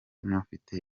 n’ufite